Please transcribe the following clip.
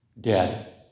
dead